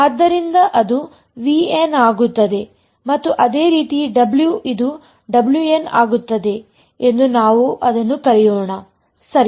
ಆದ್ದರಿಂದ ಅದು VN ಆಗುತ್ತದೆ ಮತ್ತು ಅದೇ ರೀತಿ W ಇದು WN ಆಗುತ್ತದೆ ಎಂದು ನಾವು ಅದನ್ನು ಕರೆಯೋಣ ಸರಿ